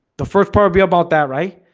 the first power be about that, right?